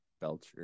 Belcher